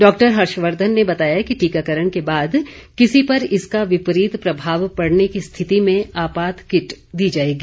doctor Harshvardhan ने बताया कि टीकाकरण के बाद किसी पर इसका विपरीत प्रभाव पड़ने की स्थिति में आपात किट दी जाएगी